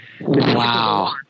Wow